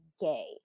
gay